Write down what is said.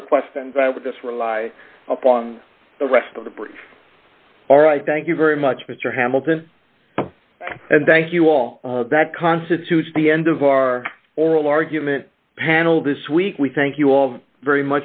further questions i would just rely upon the rest of the brief all right thank you very much mr hamilton and thank you all that constitutes the end of our oral argument panel this week we thank you